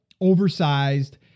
oversized